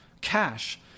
cash